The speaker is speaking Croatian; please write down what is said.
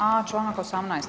A članak 18.